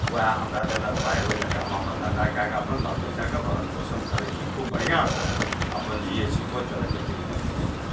वएह हमरा देलक पाइ वएह लैके अपन धन्धा कै के बाल बच्चाके भरण पोषण करै छी खूब बढ़िआँसे अपन जिए छी कोइके तरहके दिक्कत नहि यऽ